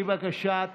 בקשת